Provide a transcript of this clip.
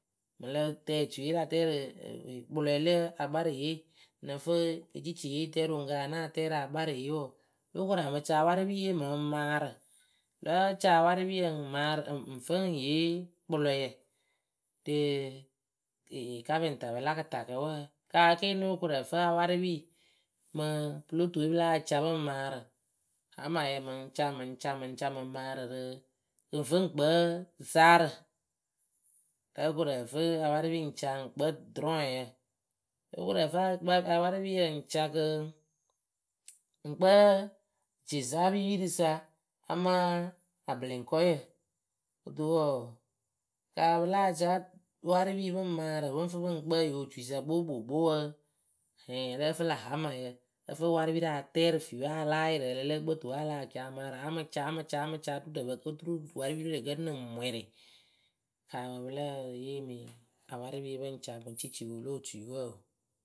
mɨŋ la tɛɛ otuiye la tɛ rɨ kpɨlɔɛ lǝ akparɨye nǝ fɨ eciciye yɨ tɛɛ rɨ oŋuŋkǝ ŋ ya náa tɛ rɨ akparɨye wǝǝ lóo koru a mɨ ca a warɨpiye mɨŋ maarɨ láa ca awarɨpiyǝ ŋ maarɨ ŋ fɨ ŋ yee kpɨlɔyǝ rɨ kapɩtapǝ la kɨtakǝ wǝǝ kaa ke nóo koru ǝ fɨ awarɨpiyǝ mɨ pɨlo tuwe pɨ láa ca pɨŋ maarɨ hamayǝ mɨŋ ca mɨŋ ca mɨŋ ca mɨ ŋ maarɨ rɨ kɨ ŋ fɨ ŋ kpǝ zaarǝ lóo koru ǝfɨ awarɨpiyǝ ŋ ca ŋ kpǝ dɨrɔŋyǝ lóo koru ǝfɨ awarɨpiyǝ ŋ ca kɨ ŋ kpǝ tiesaapipirǝ sa amaa abɨlɛŋkɔyǝ kɨto wǝǝ kaa pɨ láa ca warɨpii pɨŋ maarɨ pɨŋ fɨ pɨŋ kpǝ ŋyǝ otuisa kpokpokpo wǝǝ hɛɛŋ ǝ lǝ́ǝ fɨ lä hamayǝ ǝ fɨ warɨpirǝ a tɛɛ rɨ fiiwe a la láa yɩrɩ ǝ lǝ lǝ́ǝ kpǝ tuwe alh ca a maarɨ a mɨ ca a mɨ ca a mɨ ca otu ɖǝ pǝ oturu warɨpirǝ we lǝ kǝ nɨŋ mwɩrɩ kaawǝ pɨ lǝ́ǝ yeemi awarɨpiyǝ pɨŋ ca ciciwǝ lo otui wǝǝ oo.